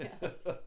Yes